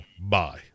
bye